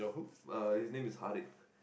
uh his name is Harrith